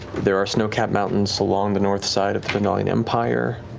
there are snow-capped mountains along the north side of the dwendalian empire.